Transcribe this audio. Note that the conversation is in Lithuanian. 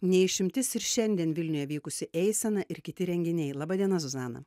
ne išimtis ir šiandien vilniuje vykusi eisena ir kiti renginiai laba diena zuzana